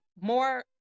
more